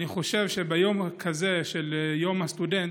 אני חושב שביום כזה של יום הסטודנט,